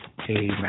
Amen